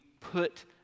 put